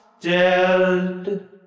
dead